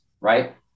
right